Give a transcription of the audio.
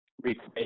replace